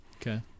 okay